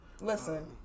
Listen